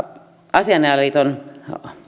asianajajaliiton